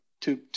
two